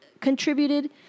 Contributed